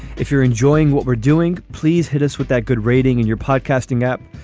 if you're enjoying what we're doing, please hit us with that good rating and your podcasting app.